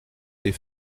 des